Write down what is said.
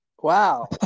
Wow